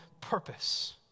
purpose